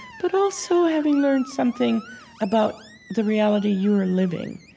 but also having learned something about the reality you are living.